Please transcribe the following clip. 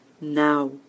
now